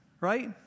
Right